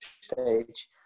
stage